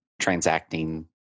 transacting